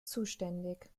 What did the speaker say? zuständig